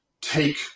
take